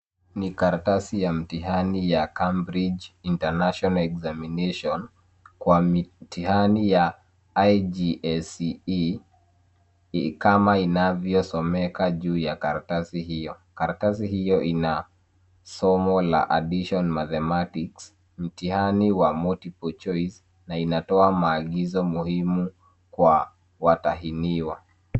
Ni karatasi ya mtihani ya Cambridge International Examination kwa mitihani ya IGCSE kama inavyosomeka juu ya karatasi hiyo. Karatasi hiyo ina somo la addition mathematics mtihani wa multiple choice na inatoa maagizo muhimu kwa watahiniwa.